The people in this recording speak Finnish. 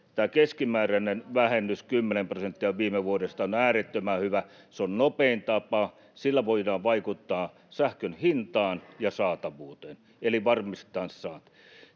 tämä keskimääräinen vähennys, 10 prosenttia viime vuodesta, on äärettömän hyvä. Se on nopein tapa. Sillä voidaan vaikuttaa sähkön hintaan ja saatavuuteen eli varmistaa saanti.